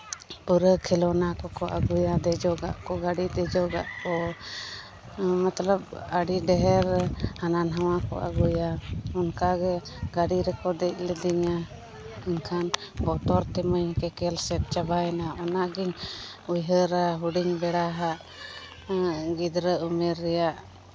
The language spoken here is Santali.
ᱯᱩᱨᱟᱹ ᱠᱷᱮᱞᱱᱟ ᱠᱚᱠᱚ ᱟᱹᱜᱩᱭᱟ ᱫᱮᱡᱚᱜᱟᱜ ᱠᱚ ᱜᱟᱹᱰᱤ ᱫᱮᱡᱚᱜᱟᱜ ᱠᱚ ᱢᱚᱛᱞᱚᱵ ᱟᱹᱰᱤ ᱰᱷᱮᱨ ᱦᱟᱱᱟ ᱱᱟᱣᱟ ᱠᱚ ᱟᱹᱜᱩᱭᱟ ᱚᱱᱠᱟᱜᱮ ᱜᱟᱹᱰᱤ ᱨᱮᱠᱚ ᱫᱮᱡ ᱞᱤᱫᱤᱧᱟ ᱮᱱᱠᱷᱟᱱ ᱵᱚᱛᱚᱨ ᱛᱮᱢᱟᱧ ᱠᱮᱠᱮᱞᱥᱮᱫ ᱪᱟᱵᱟᱭᱮᱱᱟ ᱚᱱᱟᱜᱤᱧ ᱩᱭᱦᱟᱹᱨᱟ ᱦᱩᱰᱤᱧ ᱵᱮᱲᱟ ᱟᱜ ᱜᱤᱫᱽᱨᱟᱹ ᱩᱢᱮᱨ ᱨᱮᱭᱟᱜ